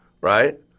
right